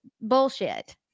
Bullshit